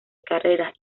carreras